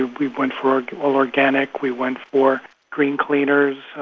we went for all organic, we went for green cleaners,